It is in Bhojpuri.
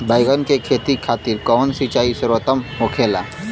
बैगन के खेती खातिर कवन सिचाई सर्वोतम होखेला?